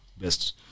best